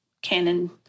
canon